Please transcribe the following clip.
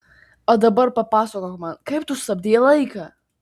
o dabar papasakok man kaip tu sustabdei laiką